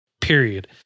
period